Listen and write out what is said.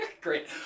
Great